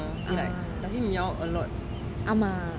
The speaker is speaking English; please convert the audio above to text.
ah ஆமா:ama